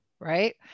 Right